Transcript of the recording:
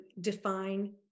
define